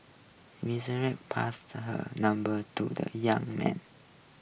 Melissa passed her number to the young man